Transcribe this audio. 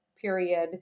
period